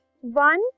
one